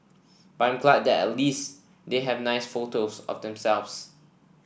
but I'm glad that at least they have nice photos of themselves